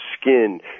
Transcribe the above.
skin